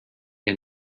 had